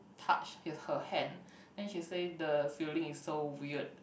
touched is her hand then she say the feeling is so weird